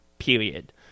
period